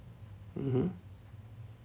mmhmm